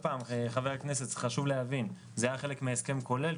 חשוב להבין שזה היה חלק מהסכם כולל,